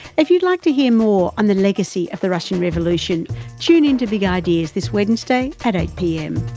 if you'd like to hear more on the legacy of the russian revolution tune and to big ideas this wednesday at eight pm.